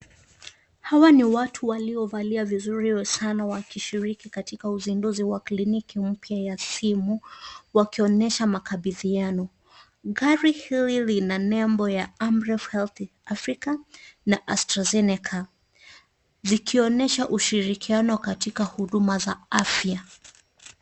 Hawa ni watu waliovalia vizuri sana wakishiriki katika uzinduzi wa kliniki mpya ya simu, wakionyesha makabidhiano. Gari hili lina nembo ya Amref Health Africa na Astrozeneca zikionyesha ushirikiano katika huduma za afya.